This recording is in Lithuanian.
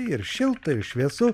ir šilta ir šviesu